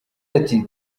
ati